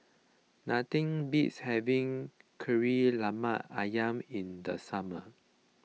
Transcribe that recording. nothing beats having Kari Lemak Ayam in the summer